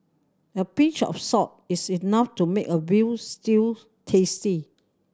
a pinch of salt is enough to make a veal stew tasty